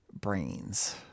brains